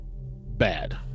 bad